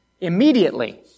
Immediately